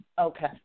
okay